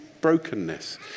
brokenness